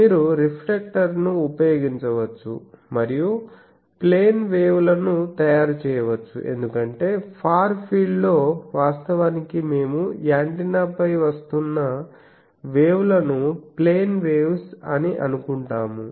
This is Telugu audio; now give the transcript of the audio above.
మీరు రిఫ్లెక్టర్లను ఉపయోగించవచ్చు మరియు ప్లేన్ వేవ్ లను తయారు చేయవచ్చు ఎందుకంటే ఫార్ ఫీల్డ్ లో వాస్తవానికి మేము యాంటెన్నాపై వస్తున్న వేవ్ లను ప్లేన్ వేవ్స్ అని అనుకుంటాము